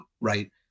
right